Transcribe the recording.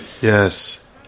Yes